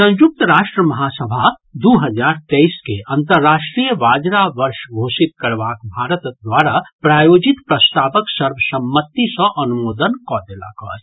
संयुक्त राष्ट्र महासभा दू हजार तेईस के अन्तर्राष्ट्रीय बाजरा वर्ष घोषित करबाक भारत द्वारा प्रायोजित प्रस्तावक सर्वसम्मति सँ अनुमोदन कऽ देलक अछि